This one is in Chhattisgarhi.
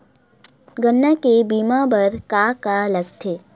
गन्ना के बीमा बर का का लगथे?